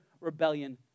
rebellion